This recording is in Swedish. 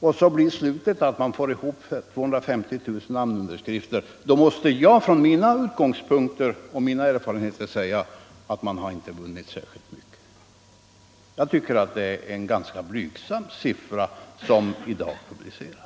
men slutet blir att man får ihop 250 000 namnunderskrifter, måste jag med mina erfarenheter och från mina utgångspunkter säga att man inte har vunnit särskilt mycket. Jag tycker det är en ganska blygsam siffra som i dag publiceras.